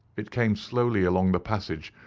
it came slowly along the passage,